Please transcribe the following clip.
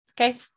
Okay